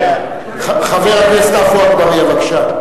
חבר הכנסת עפו אגבאריה, בבקשה.